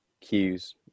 cues